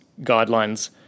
guidelines